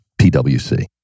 PwC